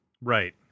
Right